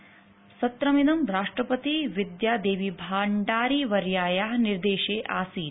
इदं सत्रम् राष्ट्रपते विद्यादेवीभण्डारीवर्याया निर्देशे आसीत